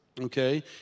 okay